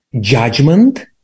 judgment